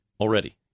Already